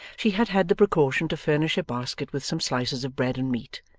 she had had the precaution to furnish her basket with some slices of bread and meat,